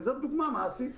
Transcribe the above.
וזו דוגמה מעשית.